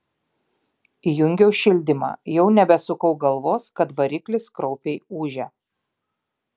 įjungiau šildymą jau nebesukau galvos kad variklis kraupiai ūžia